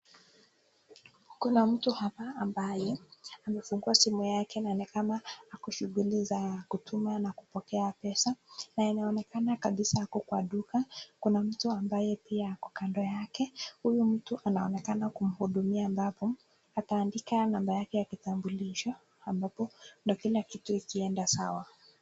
Kuna mtu hapa ambaye amefungua simu yake na ni kama ako shuguli za kutuma na kupokea pesa, na inaonekana kabisa ako kwa duka, kuna mtu ambaye pia ako kando yake, huyo mtu anaonekana kumhudumia ambapo ataandika namba yake ya kitambulisho ambapo ndo kila kitu ikienda sawa.